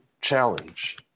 challenge